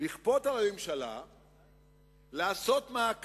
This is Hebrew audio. היה צריך לכפות על הממשלה לעשות מעקף